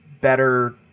better